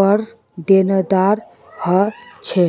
पर देनदार ह छे